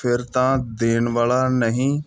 ਫਿਰ ਤਾਂ ਦੇਣ ਵਾਲਾ ਨਹੀਂ